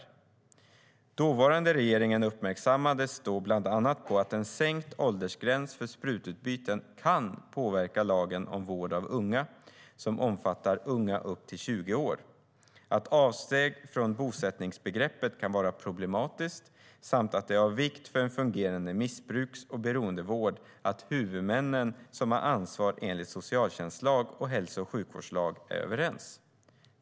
Dåvarande regeringen uppmärksammades då bland annat på att en sänkt åldersgräns för sprututbyten kan påverka lagen om vård av unga, som omfattar unga upp till 20 år, att avsteg från bosättningsbegreppet kan vara problematiskt samt att det är av vikt för en fungerande missbruks och beroendevård att huvudmännen som har ansvar enligt socialtjänstlag och hälso och sjukvårdslag är överens.